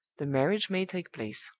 the marriage may take place.